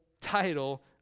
title